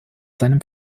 seinem